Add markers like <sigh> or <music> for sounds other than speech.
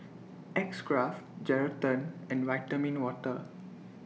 X Craft Geraldton and Vitamin Water <noise>